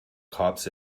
cops